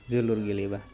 जोलुर गेलेबा